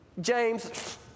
James